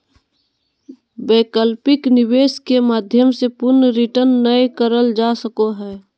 वैकल्पिक निवेश के माध्यम से पूर्ण रिटर्न नय करल जा सको हय